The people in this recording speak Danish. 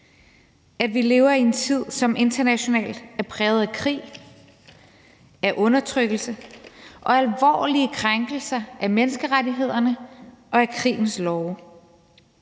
at vi lever i en tid, som internationalt set er præget af krig, af undertrykkelse og alvorlige krænkelser af menneskerettighederne og af krigens love.